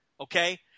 okay